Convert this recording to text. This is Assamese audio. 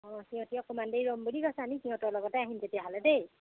অঁ সিহঁতি অকণমাণ দেৰি ৰ'ম বুলি কৈছে আমি সিহঁতৰ লগতে আহিম তেতিয়াহ'লে দেই